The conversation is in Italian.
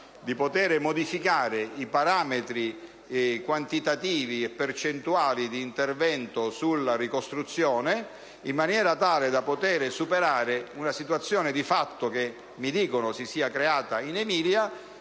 di modificare i parametri quantitativi e percentuali di intervento sulla ricostruzione. In tal modo, si potrebbe superare una situazione di fatto che mi dicono si sia creata in Emilia: